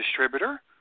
distributor